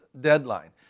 deadline